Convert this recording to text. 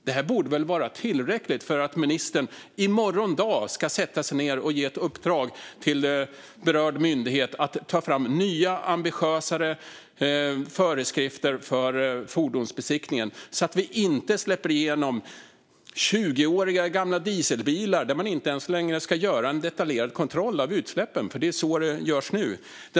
Detta borde vara tillräckligt för att ministern i morgon ska sätta sig ned och ge berörd myndighet i uppdrag att ta fram nya, ambitiösare föreskrifter för fordonsbesiktningen, så att vi inte släpper igenom 20 år gamla dieselbilar på vilka man inte ens ska göra en detaljerad kontroll av utsläppen. Det är så det görs nu.